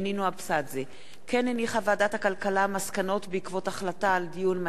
מסקנות ועדת הכלכלה בעקבות דיון מהיר בנושא: